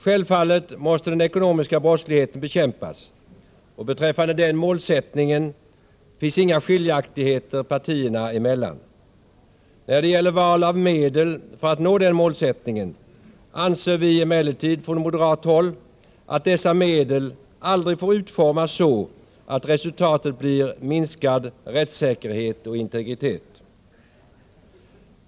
Självfallet måste den ekonomiska brottsligheten bekämpas, och beträffande den målsättningen finns inga skiljaktigheter partierna emellan. När det gäller val av medel för att nå målet anser vi emellertid från moderat håll att dessa medel aldrig får utformas så, att resultatet blir minskad rättssäkerhet och integritet.